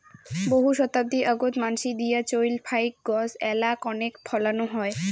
বহু শতাব্দী আগোত মানসি দিয়া চইল ফাইক গছ এ্যালা কণেক ফলানো হয়